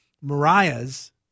Mariah's